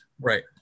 Right